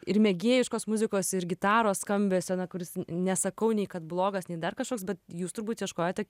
ir mėgėjiškos muzikos ir gitaros skambesio na kuris nesakau nei kad blogas nei dar kažkoks bet jūs turbūt ieškojote